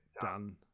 done